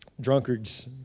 drunkards